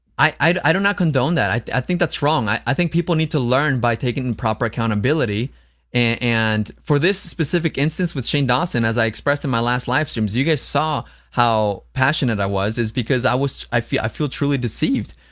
i i do not condone that, i i think that's wrong. i i think people need to learn by taking and proper accountability and, for this specific instance with shane dawson, as i expressed in my last live streams, you guys saw how passionate i was it's because i was i feel i feel truly deceived,